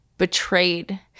betrayed